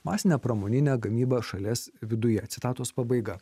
masine pramonine gamyba šalies viduje citatos pabaiga